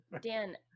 Dan